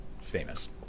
famous